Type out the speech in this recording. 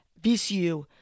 VCU